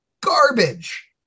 garbage